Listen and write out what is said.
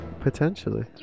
Potentially